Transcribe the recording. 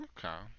Okay